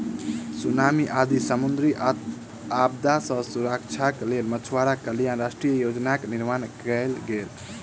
tsunami आदि समुद्री आपदा सॅ सुरक्षाक लेल मछुआरा कल्याण राष्ट्रीय योजनाक निर्माण कयल गेल